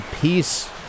peace